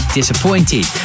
disappointed